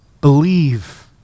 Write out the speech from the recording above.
believe